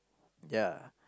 ya